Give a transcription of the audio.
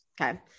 Okay